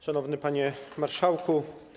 Szanowny Panie Marszałku!